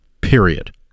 Period